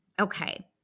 Okay